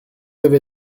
avez